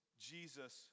Jesus